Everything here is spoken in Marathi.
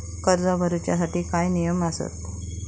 कर्ज भरूच्या साठी काय नियम आसत?